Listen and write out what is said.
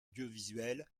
audiovisuelle